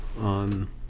on